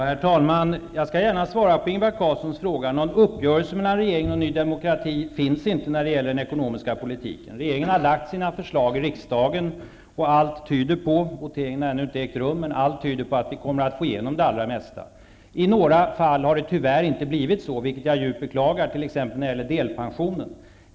Herr talman! Jag skall gärna svara på Ingvar Carlssons fråga. Någon uppgörelse mellan regeringen och Ny demokrati finns inte när det gäller den ekonomiska politiken. Regeringen har lagt fram sina förslag för riksdagen. Voteringen har ännu inte ägt rum, men allt tyder på att vi kommer att få igenom det allra mesta. I några fall har det tyvärr inte blivit så, vilket jag djupt beklagar, t.ex. i fråga om delpensionen.